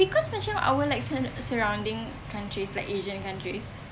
because macam our like sur~ surrounding countries like asian countries